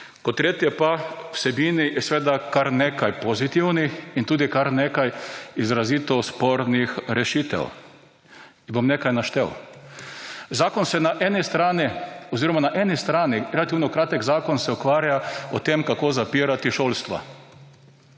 Kot tretje pa, v vsebini je seveda kar nekaj pozitivnih in tudi kar nekaj izrazito spornih rešitev. Jih bom nekaj naštel. Zakon se na eni strani oziroma na eni strani relativno kratek zakon se ukvarja o tem, kako zapirati šolstvo.